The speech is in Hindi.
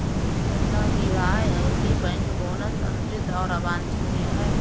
जनता की राय है कि बैंक बोनस अनुचित और अवांछनीय है